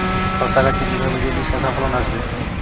শশা গাছে কিভাবে জলদি শশা ফলন আসবে?